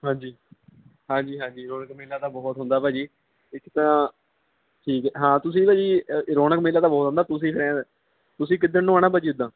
ਹਾਂਜੀ ਹਾਂਜੀ ਹਾਂਜੀ ਰੌਣਕ ਮੇਲਾ ਤਾਂ ਬਹੁਤ ਹੁੰਦਾ ਭਾਅ ਜੀ ਇੱਕ ਤਾਂ ਠੀਕ ਹੈ ਹਾਂ ਤੁਸੀਂ ਭਾਅ ਜੀ ਰੌਣਕ ਮੇਲਾ ਤਾਂ ਬਹੁਤ ਹੁੰਦਾ ਤੁਸੀਂ ਫੈਨ ਤੁਸੀਂ ਕਿੱਦਣ ਨੂੰ ਆਉਣਾ ਭਾਅ ਜੀ ਉੱਦਾਂ